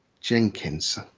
jenkins